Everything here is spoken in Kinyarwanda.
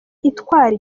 itwara